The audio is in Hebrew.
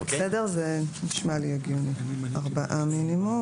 זה נשמע לי הגיוני ארבעה מינימום,